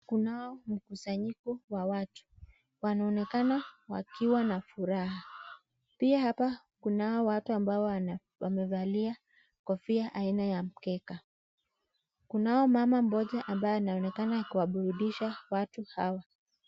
Kunao mkusanyiko wa watu. Wanaonekana wakiwa na furaha. Pia hapa kunao watu ambao wana wamevalia kofia aina ya mkeka. Kunao mama mmoja ambaye anaonekana akiwaburudisha watu hawa.